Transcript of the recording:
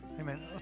Amen